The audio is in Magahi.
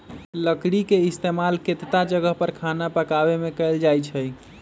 लकरी के इस्तेमाल केतता जगह पर खाना पकावे मे कएल जाई छई